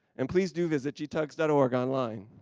and please do visit gtugs dot org on line.